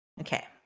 okay